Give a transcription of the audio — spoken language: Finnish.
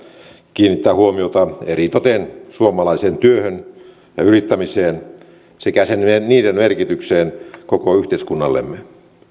kiinnittää huomiota eritoten suomalaiseen työhön ja yrittämiseen sekä niiden merkitykseen koko yhteiskunnallemme